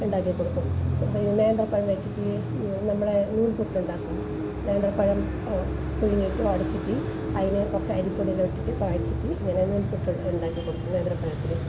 ഉണ്ടാക്കിക്കൊടുക്കും പിന്നെ ഈ നേന്ത്രപ്പഴം വെച്ചിട്ട് നമ്മളെ നൂൽപുട്ടുണ്ടാക്കും നേന്ത്രപ്പഴം പുഴുങ്ങിയിട്ട് ഉടച്ചിട്ട് അതിനെ കുറച്ച് അരിപ്പൊടി എല്ലാം ഇട്ടിട്ട് കുഴച്ചിട്ട് നൂൽപുട്ടുണ്ടാക്കി കൊടുക്കും നേന്ത്രപ്പഴം എടുത്തിട്ട്